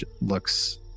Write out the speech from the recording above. looks